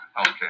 Okay